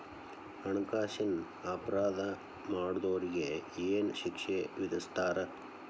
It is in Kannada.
ಹಣ್ಕಾಸಿನ್ ಅಪರಾಧಾ ಮಾಡ್ದೊರಿಗೆ ಏನ್ ಶಿಕ್ಷೆ ವಿಧಸ್ತಾರ?